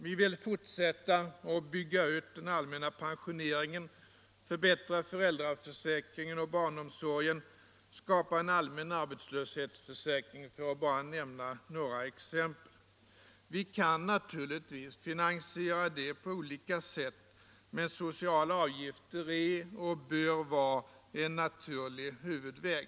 Vi vill — för att bara nämna några exempel — fortsätta att bygga ut den allmänna pensioneringen, förbättra föräldraförsäkringen och barnomsorgen samt skapa en allmän - Nr 148 arbetslöshetsförsäkring. Vi kan naturligtvis finansiera detta på olika sätt, Torsdagen den men sociala avgifter är och bör vara en naturlig huvudväg.